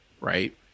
right